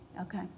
okay